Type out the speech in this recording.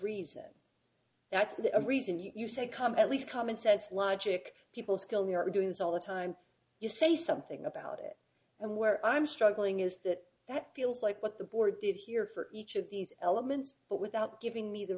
reason that's the reason you say come at least common sense logic people skills are doing this all the time you say something about it and where i'm struggling is that that feels like what the board did here for each of these elements but without giving me the